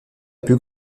plus